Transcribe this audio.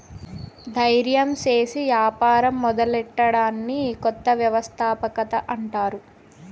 దయిర్యం సేసి యాపారం మొదలెట్టడాన్ని కొత్త వ్యవస్థాపకత అంటారు